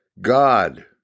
God